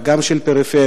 גם של הפריפריה,